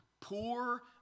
poor